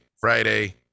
friday